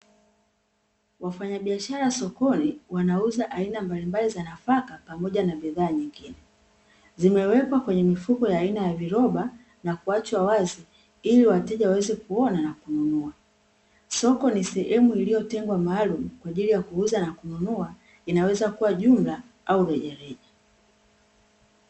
Wafanyabiashara sokoni wanauza aina mbalimbali za nafaka pamoja na bidhaa nyingine, zimewekwa kwenye mifuko aina ya viroba na kuachwa wazi ili wateja waweze kuona na kununua, soko ni sehemu iliyotengwa maalumu kwa ajili ya kuuza na kununua inaweza kuwa jumla au rejareja.